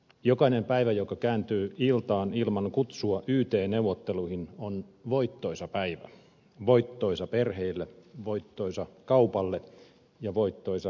jokainen päivä joka kääntyy iltaan ilman kutsua yt neuvotteluihin on voittoisa päivä voittoisa perheille voittoisa kaupalle ja voittoisa kansantaloudelle